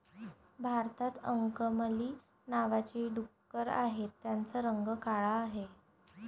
भारतात अंकमली नावाची डुकरं आहेत, त्यांचा रंग काळा आहे